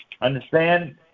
Understand